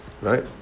Right